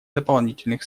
дополнительных